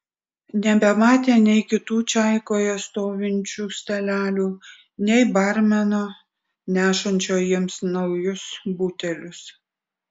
nebematė nei kitų čaikoje stovinčių stalelių nei barmeno nešančio jiems naujus butelius